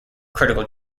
critical